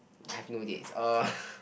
I have no dates uh